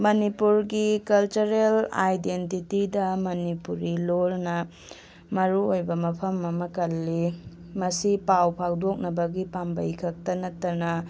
ꯃꯅꯤꯄꯨꯔꯒꯤ ꯀꯜꯆꯔꯦꯜ ꯑꯥꯏꯗꯦꯟꯗꯤꯇꯤꯗ ꯃꯅꯤꯄꯨꯔꯤ ꯂꯣꯟꯅ ꯃꯔꯨ ꯑꯣꯏꯕ ꯃꯐꯝ ꯑꯃ ꯀꯜꯂꯤ ꯃꯁꯤ ꯄꯥꯎ ꯐꯥꯎꯗꯣꯛꯅꯕꯒꯤ ꯄꯥꯝꯕꯩ ꯈꯛꯇ ꯅꯠꯇꯅ